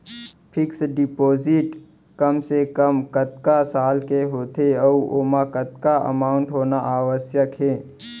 Fix deposit कम से कम कतका साल के होथे ऊ ओमा कतका अमाउंट होना आवश्यक हे?